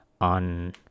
on